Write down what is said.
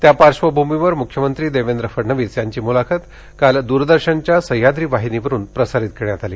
त्या पार्श्वभूमीवर मुख्यमंत्री देवेंद्र फडणवीस यांची मुलाखत काल दुर्दर्शनच्या सह्याद्री वाहिनीवरून प्रसारित करण्यात आली